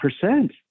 percent